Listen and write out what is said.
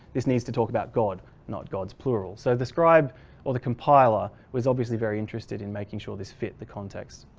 this needs to talk about god not gods plural. so the scribe or the compiler was obviously very interested in making sure this fit the context.